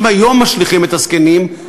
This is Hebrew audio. אם היום משליכים את הזקנים,